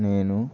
నేను